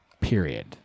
Period